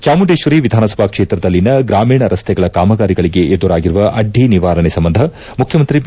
ಚಾಮುಂಡೇಶ್ವರಿ ವಿಧಾನಸಭಾ ಕ್ಷೇತ್ರದಲ್ಲಿನ ಗ್ರಮೀಣ ರಸ್ತೆಗಳ ಕಾಮಗಾರಿಗಳಿಗೆ ಎದುರಾಗಿರುವ ಅಡ್ಡಿ ನಿವಾರಣೆ ಸಂಬಂಧ ಮುಖ್ಯಮಂತ್ರಿ ಬಿ